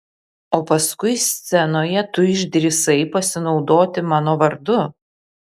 o paskui scenoje tu išdrįsai pasinaudoti mano vardu